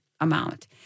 amount